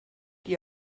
die